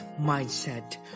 mindset